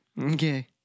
Okay